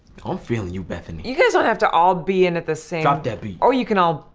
i'm feeling you, bethany. you guys don't have to all be in at the same drop that beat. or you can all.